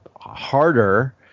harder